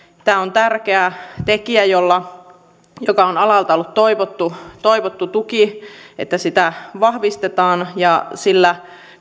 tämä on tärkeä tekijä joka on alalla ollut toivottu toivottu tuki että sitä vahvistetaan ja sillä